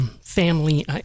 family